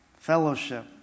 Fellowship